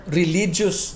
religious